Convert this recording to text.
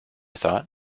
thought